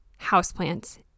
houseplants